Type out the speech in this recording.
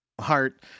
heart